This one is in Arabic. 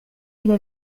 إلي